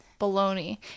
Baloney